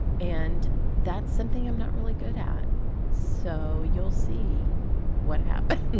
and that's something i'm not really good at so you'll see what happens